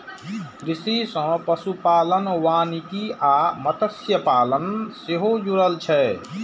कृषि सं पशुपालन, वानिकी आ मत्स्यपालन सेहो जुड़ल छै